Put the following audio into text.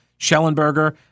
Schellenberger